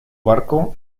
barco